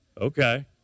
Okay